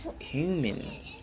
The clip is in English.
human